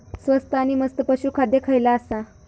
स्वस्त आणि मस्त पशू खाद्य खयला आसा?